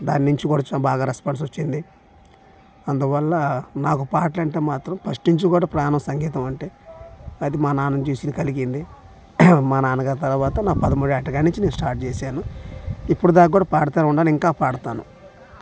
దాని నుంచి కూడా చ బాగా రెస్పాన్స్ వచ్చింది అందువల్ల నాకు పాటలు అంటే మాత్రం ఫస్ట్ నుంచి కూడా ప్రాణం సంగీతం అంటే అది మా నాన్నని చూసిన కలిగింది మా నాన్నగారి తర్వాత నా పదమూడో ఏట కాడనుంచి నేను స్టార్ట్ చేశాను ఇప్పుడు దాకా కూడా పాడుతూనే ఉన్నాను ఇంకా పడతాను